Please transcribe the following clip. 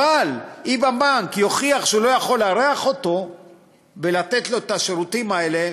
אבל אם הבנק יוכיח שהוא לא יכול לארח אותו ולתת לו את השירותים האלה,